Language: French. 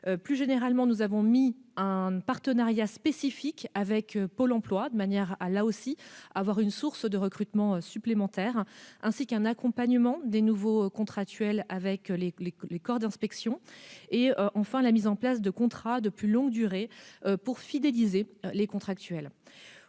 Plus généralement, nous avons mis en place un partenariat spécifique avec Pôle emploi, afin de bénéficier d'une source de recrutements supplémentaires, ainsi qu'un accompagnement des nouveaux contractuels par les corps d'inspection, et enfin des contrats de plus longue durée pour fidéliser ces contractuels.